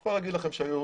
אני יכול להגיד לכם שהיו